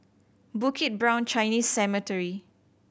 Bukit Brown Chinese Cemetery